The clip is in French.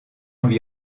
lui